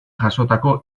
jasotako